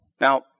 Now